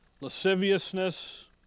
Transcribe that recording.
lasciviousness